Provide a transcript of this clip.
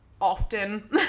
often